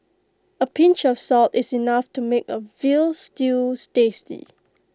A pinch of salt is enough to make A Veal Stew tasty